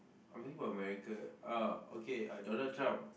I'm thinking about America uh okay Donald-Trump